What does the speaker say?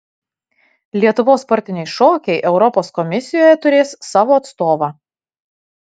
lietuvos sportiniai šokiai europos komisijoje turės savo atstovą